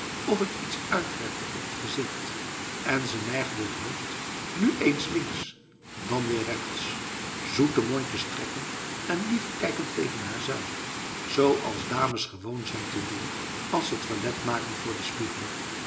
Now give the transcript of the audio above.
of het iets uitwerkte op het gezicht en ze neigde het hoofd nu eens links dan weer rechts zoete mondjes trekkend en lief kijkend tegen haarzelf zoals dames gewoon zijn te doen als ze toilet maken voor de spiegel